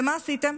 ומה עשיתם?